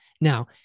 Now